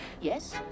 Yes